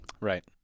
Right